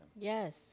Yes